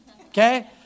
Okay